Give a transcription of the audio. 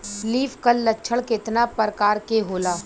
Leaf curl लक्षण केतना परकार के होला?